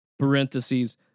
Parentheses